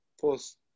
post